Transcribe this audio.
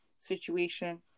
situation